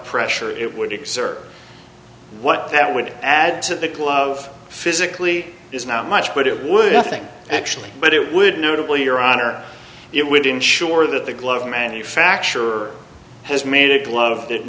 pressure it would exert what that would add to the glove physically is not much but it would nothing actually but it would notably your honor it would ensure that the glove manufacturer has made a glove